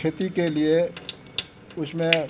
खेती के लिए उसमें